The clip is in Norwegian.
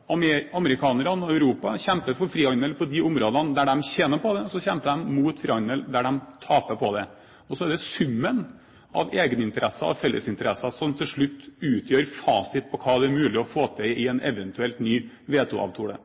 egeninteresser. Amerikanerne og Europa kjemper for frihandel på de områdene der de tjener på det, og så kjemper de mot frihandel der de taper på det. Så er det summen av egeninteresser og fellesinteresser som til slutt utgjør fasit for hva det er mulig å få til i en eventuelt ny WTO-avtale.